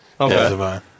Okay